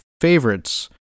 favorites